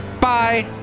bye